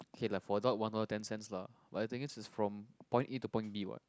okay lah for adult one dollar ten cents lah but I think is is from point A to point B what